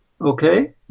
Okay